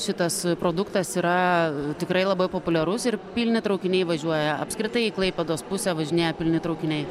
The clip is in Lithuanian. šitas produktas yra tikrai labai populiarus ir pilni traukiniai važiuoja apskritai į klaipėdos pusę važinėja pilni traukiniai